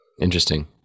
Interesting